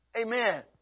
Amen